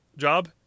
job